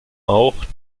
auch